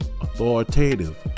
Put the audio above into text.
authoritative